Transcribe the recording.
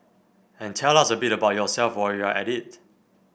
and tell us a bit about yourself while you're at it